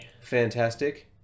fantastic